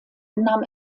nahm